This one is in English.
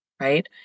right